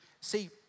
See